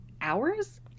hours